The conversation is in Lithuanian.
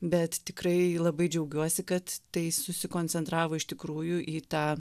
bet tikrai labai džiaugiuosi kad tai susikoncentravo iš tikrųjų į tą